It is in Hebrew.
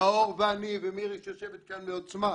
נאור ואני, ומירי שיושבת כאן, מעוצמה,